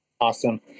Awesome